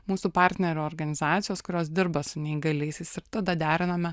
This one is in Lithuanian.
mūsų partnerių organizacijos kurios dirba su neįgaliaisiais ir tada deriname